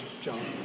John